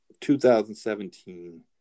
2017